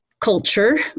culture